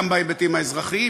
גם בהיבטים האזרחיים.